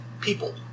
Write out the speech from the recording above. people